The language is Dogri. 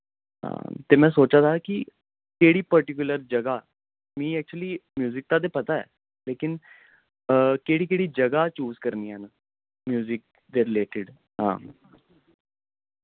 हां ते में सोचा दा हा कि केह्ड़ी पर्टिकुलर ज'गा मी ऐक्चुअली म्यूजिक दा ते पता ऐ लेकिन केह्ड़ी केह्ड़ी ज'गा चूज करनियां न म्यूजिक दे रलेटिड हां